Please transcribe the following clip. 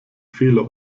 fehler